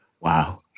Wow